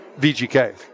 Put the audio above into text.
VGK